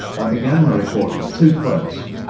i began the report with two quotes.